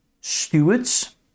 stewards